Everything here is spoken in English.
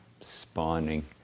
spawning